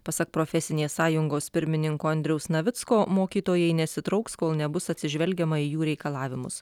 pasak profesinės sąjungos pirmininko andriaus navicko mokytojai nesitrauks kol nebus atsižvelgiama į jų reikalavimus